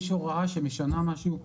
יש הוראה שמשנה משהו,